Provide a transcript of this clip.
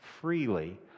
freely